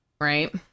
right